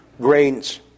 grains